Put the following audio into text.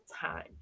time